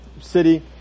city